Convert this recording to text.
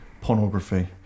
pornography